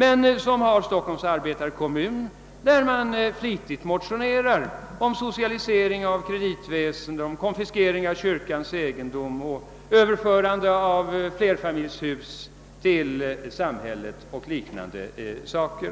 Han är bl.a. ordförande i Stockholms arbetarkommun, där man flitigt motionerar om socialisering av kreditväsen, om konfiskering av kyrkans egendom och överförande av flerfamiljshus till samhället och liknande saker.